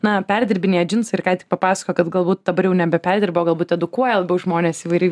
na perdirbinėja džinsai ir ką tik papasakojo kad galbūt dabar jau nebe perdirba o galbūt edukuoja labiau žmones įvairių